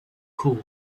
cool